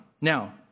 Now